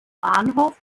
bahnhof